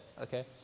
Okay